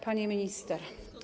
Pani Minister!